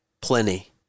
plenty